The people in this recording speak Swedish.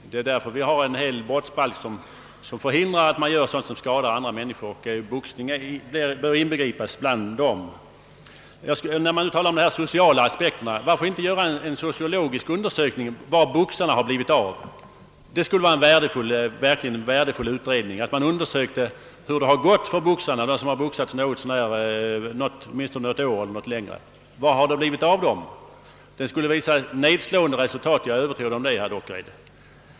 Därför har vi en hel brottsbalk som förhindrar att man skadar andra människor, och dit hör boxningen. På tal om de sociala aspekterna uppkommer ju frågan: Varför inte göra en sociologisk undersökning av vad som blivit av de olika boxarna? Man borde undersöka hur det gått för de boxare som hållit på åtminstone ett år eller något längre. Det skulle vara en värdefull utredning. Jag är övertygad om att den skulle visa ett nedslående resultat.